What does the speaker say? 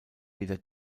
weder